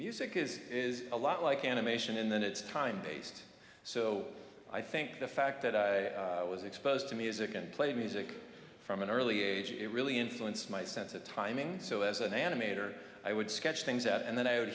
music is is a lot like animation in that it's time based so i think the fact that i was exposed to music and played music from an early age it really influenced my sense of timing so as an animator i would sketch things out and then i would